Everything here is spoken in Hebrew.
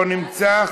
לא נמצא,